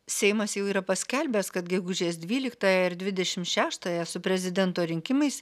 seimas jau yra paskelbęs kad gegužės dvyliktąją ir dvidešimt šeštąją su prezidento rinkimais